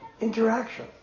Interaction